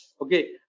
Okay